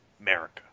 America